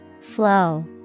Flow